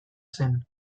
zen